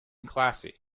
classy